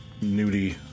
nudie